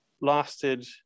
lasted